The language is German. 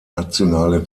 nationale